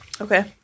Okay